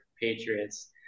Patriots